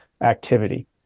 activity